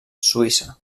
suïssa